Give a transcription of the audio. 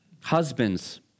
husbands